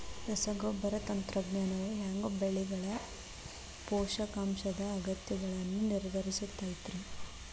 ರಸಗೊಬ್ಬರ ತಂತ್ರಜ್ಞಾನವು ಹ್ಯಾಂಗ ಬೆಳೆಗಳ ಪೋಷಕಾಂಶದ ಅಗತ್ಯಗಳನ್ನ ನಿರ್ಧರಿಸುತೈತ್ರಿ?